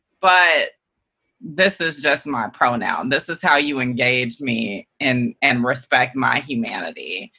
but this is just my pronoun. this is how you engage me and and respect my humanity.